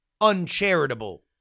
uncharitable